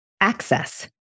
access